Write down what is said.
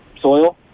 soil